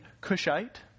Cushite